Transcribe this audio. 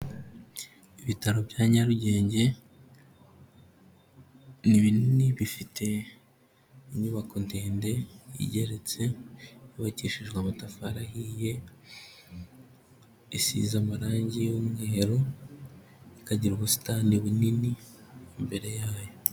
Ibitaro bya Nyarugenge, ni binini bifite inyubako ndende igereretse yubakishijwe amatafari ahiye, isize amarange y'umweru, ikagira ubusitani bunini imbere yayo.